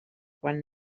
quan